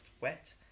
wet